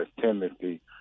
Timothy